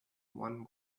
one